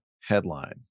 headline